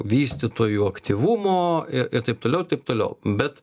vystytojų aktyvumo ir ir taip toliau taip toliau bet